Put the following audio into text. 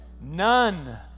None